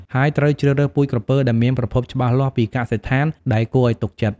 ហើយត្រូវជ្រើសរើសពូជក្រពើដែលមានប្រភពច្បាស់លាស់ពីកសិដ្ឋានដែលគួរឲ្យទុកចិត្ត។